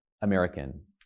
American